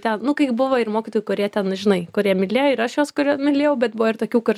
ten nu kai buvo ir mokytojų kurie ten žinai kurie mylėjo ir aš juos kur mylėjau bet buvo ir tokių kur